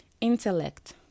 intellect